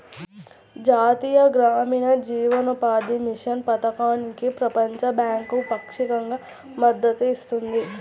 జాతీయ గ్రామీణ జీవనోపాధి మిషన్ పథకానికి ప్రపంచ బ్యాంకు పాక్షికంగా మద్దతు ఇస్తుంది